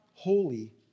holy